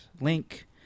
Link